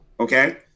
Okay